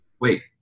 wait